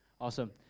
Awesome